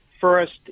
first